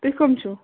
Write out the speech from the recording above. تُہۍ کٕم چھِو